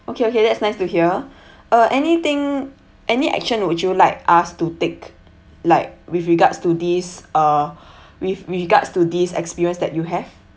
okay okay that's nice to hear uh anything any action would you like us to take like with regards to this uh with regards to this experience that you have